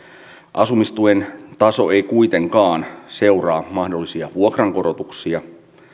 asumistuen taso ei kuitenkaan seuraa mahdollisia vuokrankorotuksia